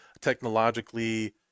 technologically